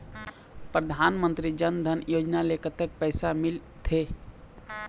परधानमंतरी जन धन योजना ले कतक पैसा मिल थे?